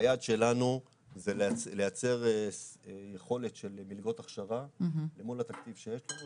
והיעד שלנו זה לייצר יכולת של מלגות הכשרה אל מול התקציב שיש לנו,